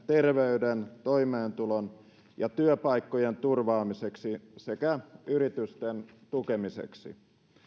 terveyden toimeentulon ja työpaikkojen turvaamiseksi sekä yritysten tukemiseksi